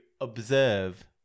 observe